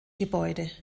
gebäude